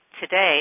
today